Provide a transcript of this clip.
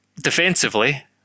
defensively